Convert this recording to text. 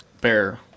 bear